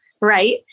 right